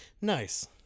Nice